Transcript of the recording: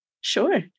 Sure